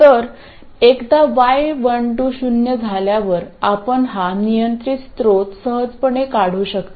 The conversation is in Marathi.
तर एकदा y12 शून्य झाल्यावर आपण हा नियंत्रण स्त्रोत सहजपणे काढू शकतो